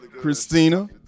Christina